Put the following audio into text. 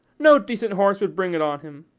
no decent horse would bring it on him.